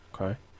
Okay